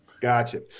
gotcha